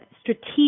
strategic